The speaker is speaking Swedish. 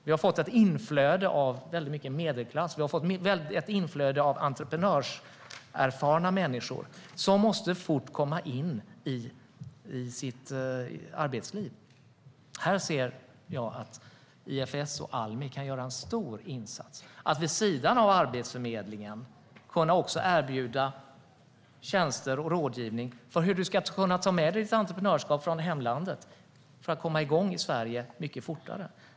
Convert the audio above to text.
Vi har fått ett inflöde av entreprenörserfarna människor ur medelklassen som snabbt måste komma in i sitt arbetsliv. Här ser jag att IFS och Almi kan göra en stor insats genom att vid sidan av Arbetsförmedlingen erbjuda tjänster och rådgivning om hur man kan ta med sig sitt entreprenörskap från hemlandet för att komma igång i Sverige mycket fortare.